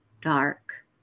dark